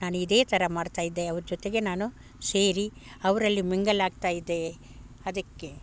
ನಾನು ಇದೇ ಥರ ಮಾಡ್ತಾ ಇದ್ದೆ ಅವ್ರ ಜೊತೆಗೆ ನಾನು ಸೇರಿ ಅವರಲ್ಲಿ ಮಿಂಗಲಾಗ್ತಾ ಇದ್ದೆ ಅದಕ್ಕೆ